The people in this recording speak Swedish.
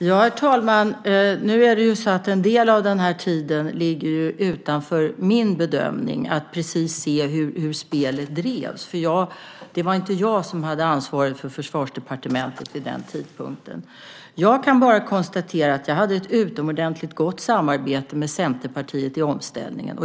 Herr talman! Det ligger utanför min bedömning att se precis hur spelet drevs under en del av denna tid. Det var inte jag som hade ansvaret för Försvarsdepartementet vid den tidpunkten. Jag kan bara konstatera att jag hade ett utomordentligt gott samarbete med Centerpartiet vid omställningen.